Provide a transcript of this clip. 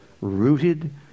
Rooted